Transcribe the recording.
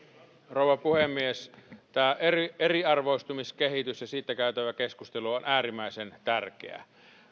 rouva puhemies tämä eriarvoistumiskehityksestä käytävä keskustelu on äärimmäisen tärkeää